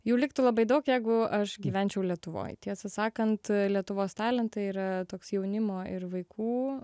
jų liktų labai daug jeigu aš gyvenčiau lietuvoj tiesą sakant lietuvos talentai yra toks jaunimo ir vaikų